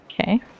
Okay